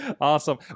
Awesome